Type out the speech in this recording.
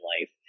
life